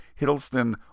Hiddleston